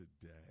today